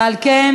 ועל כן,